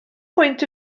pwynt